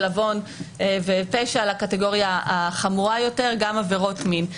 עוון ופשע לקטגוריה החמורה יותר גם עבירות מין.